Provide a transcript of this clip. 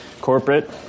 corporate